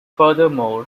furthermore